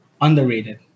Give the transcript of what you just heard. Underrated